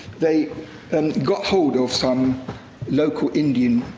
they um got hold of some local indian,